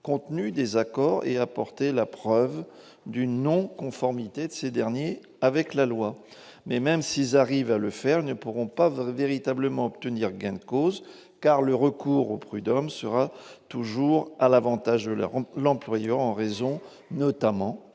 contenu des accords et apporter la preuve d'une non-conformité de ces derniers avec la loi. Et même s'ils arrivent à le faire, ils ne pourront pas véritablement obtenir gain de cause, car le recours aux prud'hommes sera toujours à l'avantage de l'employeur, en raison, notamment,